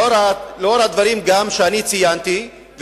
לאור הדברים שאני ציינתי,